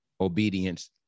obedience